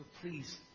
please